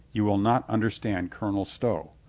you will not understand colonel stow,